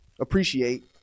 appreciate